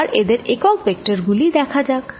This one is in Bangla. এবার এদের একক ভেক্টর গুলি দেখা যাক